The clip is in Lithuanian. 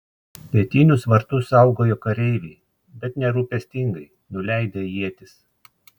pietinius vartus saugojo kareiviai bet nerūpestingai nuleidę ietis